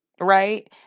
right